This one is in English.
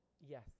Yes